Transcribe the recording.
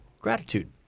Gratitude